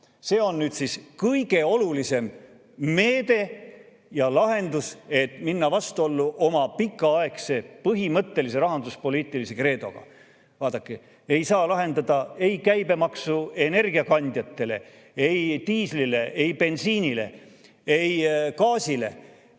meelest] kõige olulisem meede ja lahendus, et minna vastuollu oma pikaaegse põhimõttelise rahanduspoliitilise kreedoga. Vaadake, ei saa [vähendada] käibemaksu energiakandjate puhul, ei diisli, bensiini ega gaasi